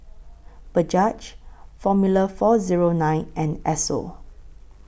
Bajaj Formula four Zero nine and Esso